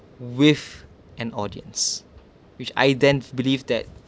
with an audience which I then believe that